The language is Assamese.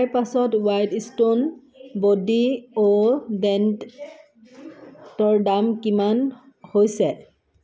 পাছত ৱাইল্ড ষ্টোন বডি অ'ডেণ্টৰ দাম কিমান হৈছে